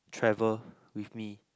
travel with me